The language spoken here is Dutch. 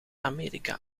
amerika